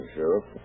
Sheriff